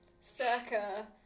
Circa